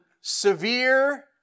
severe